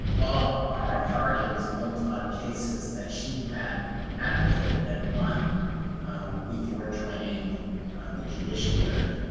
all of our authority was built on cases that she had advocated and and won before joining the judiciary.